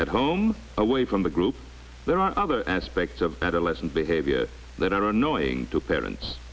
at home away from the group there are other aspects of adolescent behavior that are annoying to parents